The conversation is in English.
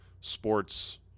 sports